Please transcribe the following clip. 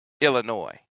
Illinois